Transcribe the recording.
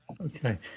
Okay